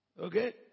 Okay